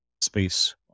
space